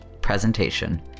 presentation